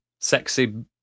sexy